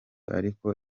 ariko